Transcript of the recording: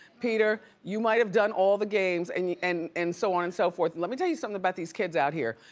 peter, you might've done all the games and and and so on and so forth, let me tell you something about these kids out here.